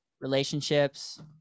Relationships